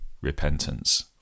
repentance